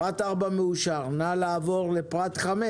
הצבעה אושר פרט 4, אירוע בטיחותי, אושר פה אחד.